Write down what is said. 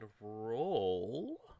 roll